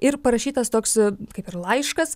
ir parašytas toks kaip ir laiškas